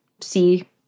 see